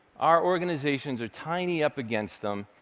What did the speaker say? our organizations are tiny up against them,